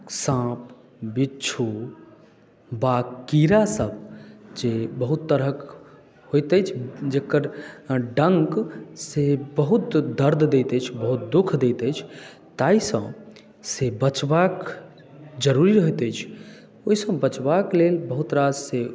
साँप बिच्छू वा कीड़ासभ जे बहुत तरहके होइत अछि जकर डङ्क से बहुत दर्द दैत अछि बहुत दुःख दैत अछि ताहिसँ से बचबाक जरूरी होइत अछि ओहिसँ बचबाके लेल बहुत राससे